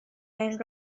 and